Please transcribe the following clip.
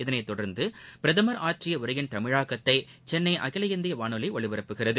இதனைத் தொடர்ந்து பிரதம் ஆற்றிய உரையின் தமிழாக்கத்தை சென்னை அகில இந்திய வானொலி ஒலிபரப்புகிறது